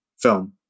film